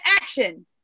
action